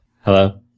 Hello